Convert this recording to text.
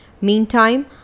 Meantime